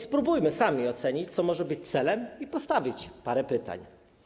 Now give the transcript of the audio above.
Spróbujmy więc sami ocenić, co może być celem, i postawić parę pytań.